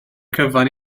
cyfan